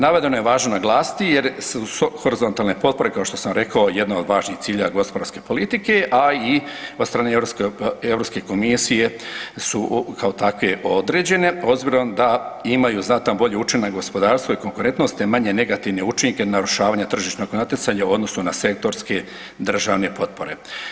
Navedeno je važno naglasiti jer su horizontalne potpore kao što sam rekao jedne od važnih ciljeva gospodarske politike, a i od strane Europske komisije su kao takve određene obzirom da imaju znatno bolji učinak na gospodarstvo i konkurentnost te manje negativne učinke narušavanja tržišnog natjecanja u odnosu na sektorske, državne potpore.